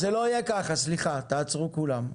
סליחה, תעצרו כולם.